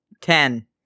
Ten